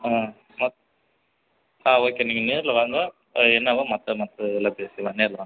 ஆ ஆ ஓகே நீங்கள் நேரில் வாங்க என்னவோ மற்ற மத்த இதெல்லாம் பேசிக்கலாம் நேரில் வாங்க